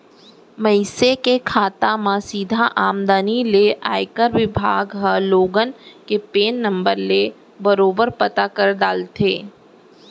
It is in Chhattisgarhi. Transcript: मनसे के खाता म सीधा आमदनी ले आयकर बिभाग ह लोगन के पेन नंबर ले बरोबर पता कर डारथे